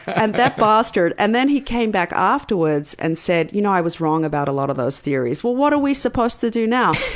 and that bastard. and then he came back afterwards and said, you know i was wrong about a lot of those theories. well what are we supposed to do now?